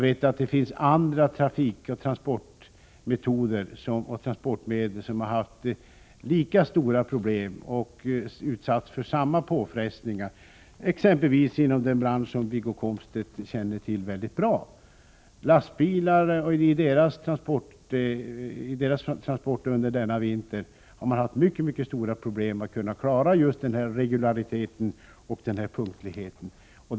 Det finns även andra trafikgrenar och transportmedel som har haft lika stora problem och varit utsatta för samma påfrestningar, exempelvis den bransch som Wiggo Komstedt känner till mycket bra, dvs. lastbilsbranschen. Där har man under denna vinter haft mycket stora problem med att klara just regulariteten och punktligheten för sina transporter.